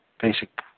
basic